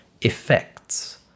effects